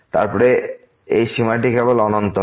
তারপরে এই সীমাটি কেবল অনন্ত হবে